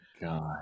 god